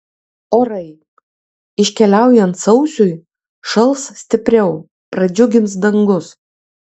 orai iškeliaujant sausiui šals stipriau pradžiugins dangus